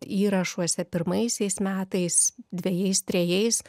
įrašuose pirmaisiais metais dvejais trejais